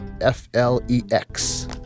F-L-E-X